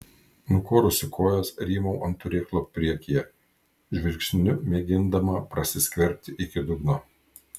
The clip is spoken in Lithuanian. nukorusi kojas rymau ant turėklo priekyje žvilgsniu mėgindama prasiskverbti iki dugno